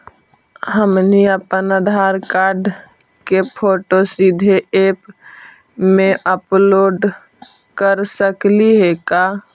हमनी अप्पन आधार कार्ड के फोटो सीधे ऐप में अपलोड कर सकली हे का?